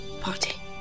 party